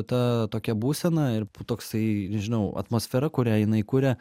ta tokia būsena ir toksai nežinau atmosfera kurią jinai kuria